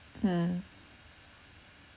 mm